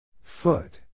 Foot